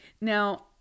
Now